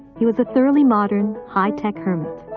he was a thoroughly modern, high-tech hermit.